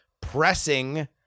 pressing